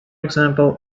example